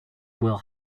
will